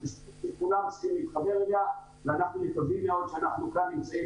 כולם רוצים להתחבר אליה ואנחנו מקווים מאוד שאנחנו כאן נמצאים